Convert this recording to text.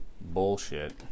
bullshit